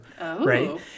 right